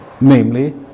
namely